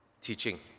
teaching